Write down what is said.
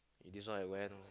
this one I went lor